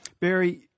Barry